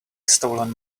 stolen